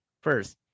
First